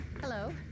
Hello